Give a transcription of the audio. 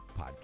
podcast